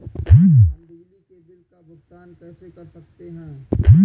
हम बिजली के बिल का भुगतान कैसे कर सकते हैं?